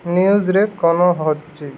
ନ୍ୟୁଜ୍ରେ କ'ଣ ଅଛି